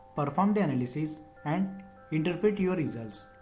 perform the analysis, and interpret your results.